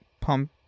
Pump